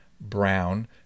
brown